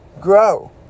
grow